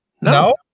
No